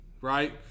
right